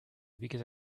because